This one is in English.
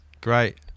great